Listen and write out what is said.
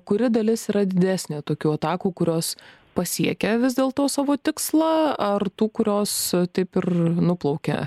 kuri dalis yra didesnė tokių atakų kurios pasiekia vis dėl to savo tikslą ar tų kurios taip ir nuplaukia